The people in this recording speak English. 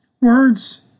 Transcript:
Words